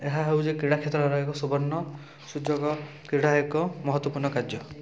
ଏହା ହେଉଛି କ୍ରୀଡ଼ା କ୍ଷେତ୍ରର ଏକ ସୁବର୍ଣ୍ଣ ସୁଯୋଗ କ୍ରୀଡ଼ା ଏକ ମହତ୍ୱପୂର୍ଣ୍ଣ କାର୍ଯ୍ୟ